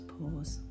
pause